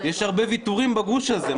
יש הרבה ויתורים בגוש הזה.